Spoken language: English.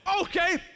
Okay